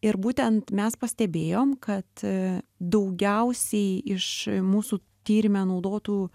ir būtent mes pastebėjom kad daugiausiai iš mūsų tyrime naudotų